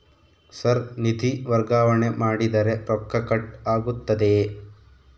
Sir ನಿಧಿ ವರ್ಗಾವಣೆ ಮಾಡಿದರೆ ರೊಕ್ಕ ಕಟ್ ಆಗುತ್ತದೆಯೆ?